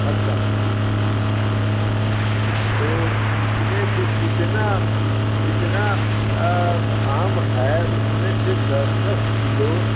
अच्छा तो उसमें से जितना जितना आम है उसमें से दस दस किलो